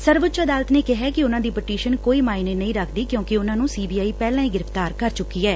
ਸਰਵਉੱਚ ਅਦਾਲਤ ਨੇ ਕਿਹੈ ਕਿ ਉਨ੍ਹਾਂ ਦੀ ਪਟੀਸ਼ਨ ਕੋਈ ਮਾਇਨੇ ਨਹੀਂ ਰੱਖਦੀ ਕਿਉਂਕਿ ਉਨ੍ਹਾਂ ਨੂੰ ਸੀ ਬੀ ਆਈ ਪਹਿਲਾਂ ਹੀ ਗ੍ਰਿਫ਼ਤਾਰ ਕਰ ਚੁੱਕੀ ਐ